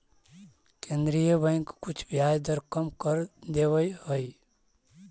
केन्द्रीय बैंक कुछ ब्याज दर कम कर देवऽ हइ